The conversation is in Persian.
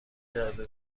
کرده